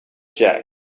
jack